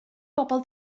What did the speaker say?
bobol